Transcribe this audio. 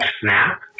snap